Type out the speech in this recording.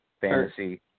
fantasy